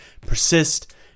persist